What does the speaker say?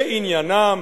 זה עניינם,